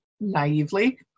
naively